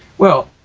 well,